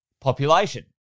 Population